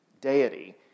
deity